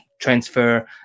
transfer